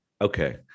Okay